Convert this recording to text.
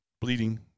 bleeding